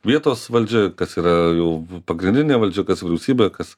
vietos valdžia kas yra jau pagrindinė valdžia kas vyriausybė kas